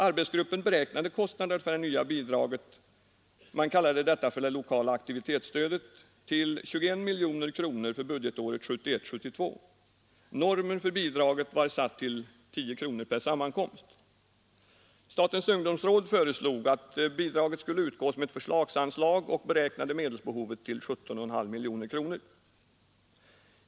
Arbetsgruppen beräknade kostnaderna för det nya bidraget — man kallade detta det lokala aktivitetsstödet — till 21 miljoner kronor för budgetåret 1971/72. Normen för bidraget var satt till 10 kronor per sammankomst. Statens ungdomsråd föreslog att bidraget skulle utgå som ett förslagsanslag och beräknade medelsbehovet till 17,5 miljoner kronor.